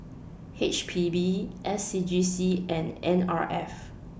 H P B S C G C and N R F